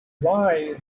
why